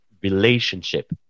relationship